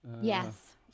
Yes